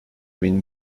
win